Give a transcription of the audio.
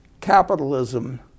capitalism